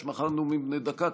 יש מחר נאומים בני דקה,